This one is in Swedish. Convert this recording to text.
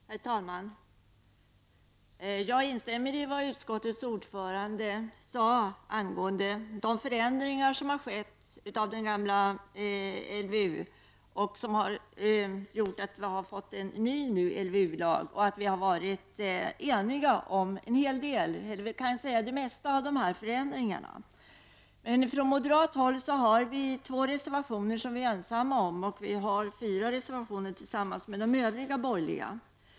Herr talman! Jag instämmer i vad utskottets ordförande sade angående de förändringar som har skett av den gamla LVU. De har gjort att vi har fått en ny LVU och vi har varit eniga om de flesta av förändringarna. Från moderat håll har vi dock två reservationer som vi är ensamma om, och vi har fyra reservationer tillsammans med de övriga borgerliga partierna.